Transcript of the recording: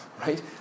right